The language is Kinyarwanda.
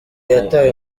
yatawe